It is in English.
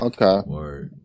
Okay